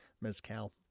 mezcal